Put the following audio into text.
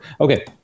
Okay